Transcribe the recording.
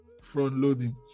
front-loading